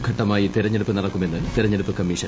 ഘട്ടമായി തിരഞ്ഞെടുപ്പ് നടക്കുമെന്ന് തിരഞ്ഞെടുപ്പ് കമ്മീഷൻ